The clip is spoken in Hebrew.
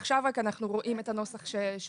אז בגלל זה עכשיו רק אנחנו רואים את הנוסח שהוסכם.